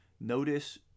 notice